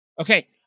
Okay